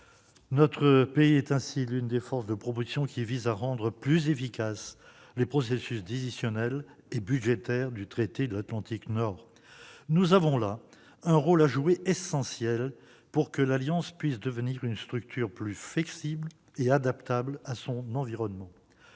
Notre pays est ainsi l'une des forces de proposition qui tâchent de rendre plus efficaces les processus décisionnels et budgétaires du traité de l'Atlantique Nord. Nous avons là un rôle essentiel à jouer, pour que l'Alliance puisse devenir une structure plus flexible et adaptable à son environnement.